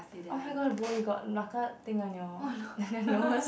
oh-my-god bro you got thing on your on your nose